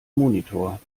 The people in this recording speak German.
monitor